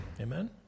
Amen